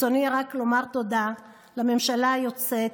ברצוני רק לומר תודה לממשלה היוצאת,